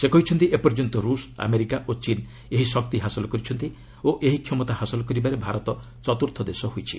ସେ କହିଛନ୍ତି ଏପର୍ଯ୍ୟନ୍ତ ରୁଷ ଆମେରିକା ଓ ଚୀନ୍ ଏହି ଶକ୍ତି ହାସଲ କରିଛନ୍ତି ଓ ଏହି କ୍ଷମତା ହାସଲ କରିବାରେ ଭାରତ ଚତୁର୍ଥ ଦେଶ ହୋଇଛି